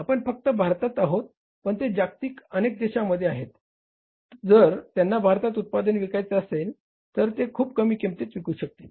आपण फक्त भारतात आहोत पण ते जगातील अनेक देशांमध्ये आहेत जर त्यांना भारतात उत्पादन विकायचे असेल तर ते खूप कमी किंमतीत विकू शकतील